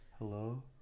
Hello